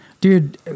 Dude